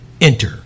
enter